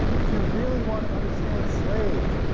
if you really want to understand slaves,